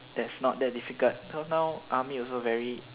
that's not that difficult now army also very